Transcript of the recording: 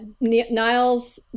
Nile's